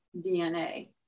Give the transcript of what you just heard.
DNA